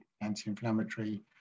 anti-inflammatory